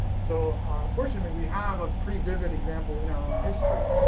so unfortunately, we have a pretty vivid example in our own history.